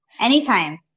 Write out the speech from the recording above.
Anytime